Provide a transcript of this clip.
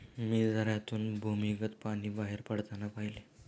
मी झऱ्यातून भूमिगत पाणी बाहेर पडताना पाहिले